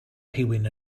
rhywun